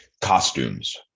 costumes